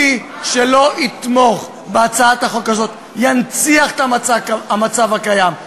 מי שלא יתמוך בהצעת החוק הזאת ינציח את המצב הקיים,